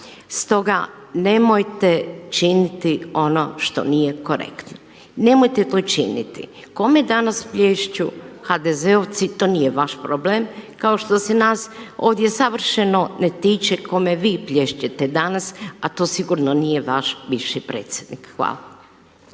stoga nemojte činiti ono što nije korektno. Nemojte to činiti. Kome danas plješću HDZ-ovci to nije vaš problem, kao što se ovdje nas savršeno ne tiče kome vi plješćete danas, a to sigurno nije vaš bivši predsjednik. Hvala.